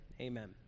Amen